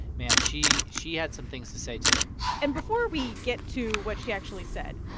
man, she she had some things to say today and before we get to what she actually said,